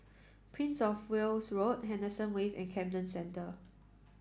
Princess Of Wales Road Henderson Wave and Camden Centre